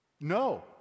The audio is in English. no